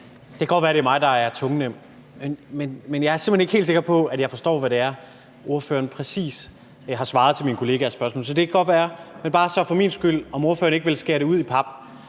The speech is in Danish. Det kan godt være, at det er mig, der er tungnem, men jeg er simpelt hen ikke helt sikker på, at jeg forstår, hvad det er, ordføreren præcis har svaret til mine kollegaers spørgsmål. Så det kan godt være, men så bare for min skyld må jeg må bede om, om ikke ordføreren vil skære det ud i pap.